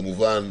כמובן,